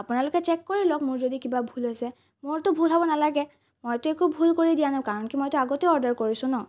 আপোনালোকে চেক কৰি লওক মোৰ যদি কিবা ভুল হৈছে মোৰতো ভুল হ'ব নালাগে মইতো একো ভুল কৰি দিয়া নাই কাৰণ কি মইতো আগতেও অৰ্ডাৰ কৰিছোঁ ন